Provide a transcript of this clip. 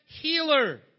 healer